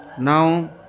Now